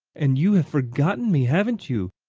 and you have forgiven me, haven't you?